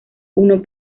uno